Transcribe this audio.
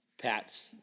Pat's